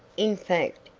in fact,